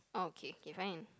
oh okay okay fine